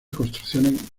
construcción